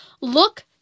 look